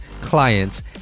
clients